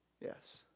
Yes